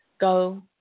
go